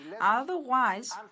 Otherwise